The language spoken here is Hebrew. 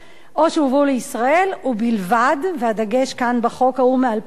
או שהובאו לישראל, והדגש כאן בחוק ההוא מ-2008,